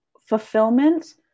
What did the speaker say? fulfillment